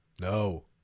No